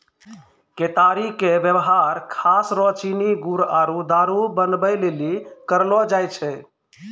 केतारी के वेवहार खास रो चीनी गुड़ आरु दारु बनबै लेली करलो जाय छै